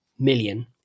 million